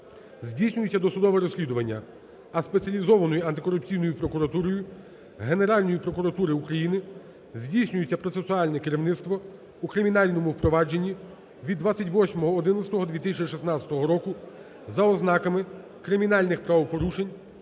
здійснюється досудове розслідування, а Спеціалізованою антикорупційною прокуратурою Генеральної прокуратури України здійснюється процесуальне керівництво у кримінальному провадженні від 28.11.2016 року за ознаками кримінальних правопорушень,